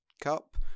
Cup